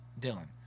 Dylan